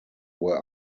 were